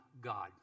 God